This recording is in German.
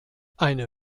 eine